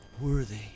Worthy